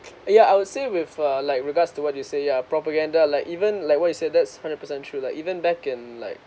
ya I would say with uh like regards to what you say yeah propaganda like even like what you said that's hundred percent true like even back in like